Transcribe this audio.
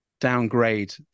downgrade